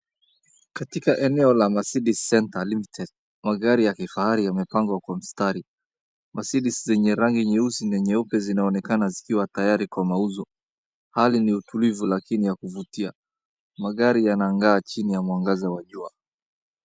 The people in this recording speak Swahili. Katika eneo la Mercedes Centre Limited, magari ya kifahari yamepangwa kwa mstari. Mercedes zenye rangi nyeusi na nyeupe zinaonekana zikiwa tayari kwa mauzo. Hali ni ya utulivu lakini ya kuvutia, magari yanangaa chini ya mwangaza wa jua.